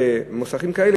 במוסכים כאלה,